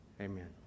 Amen